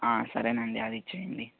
సరేనండి అది ఇచ్చేయండి